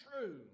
true